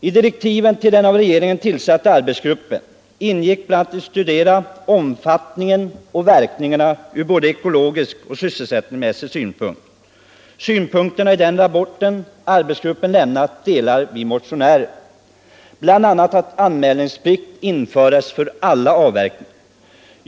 I direktiven till den av regeringen tillsatta arbetsgruppen ingick bl.a. uppdraget att studera omfattningen och verkningarna från både ekologisk och sysselsättningsmässig synpunkt. De synpunkter som framförs i den rapport arbetsgruppen avlämnat delar vi motionärer. Bl. a. föreslås där att anmälningsplikt införes för alla avverkningar.